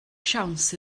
siawns